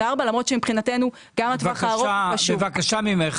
למרות שמבחינתנו גם הטווח הארוך חשוב --- בבקשה ממך,